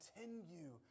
continue